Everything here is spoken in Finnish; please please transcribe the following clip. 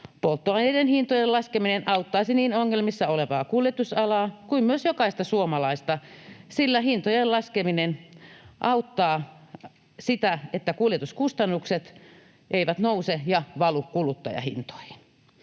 Polttoaineiden hintojen laskeminen auttaisi niin ongelmissa olevaa kuljetusalaa kuin myös jokaista suomalaista, sillä hintojen laskeminen auttaa sitä, että kuljetuskustannukset eivät nouse ja valu kuluttajahintoihin.